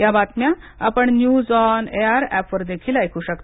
या बातम्या आपण न्यज आँन एआयआर ऍपवर देखील ऐकू शकता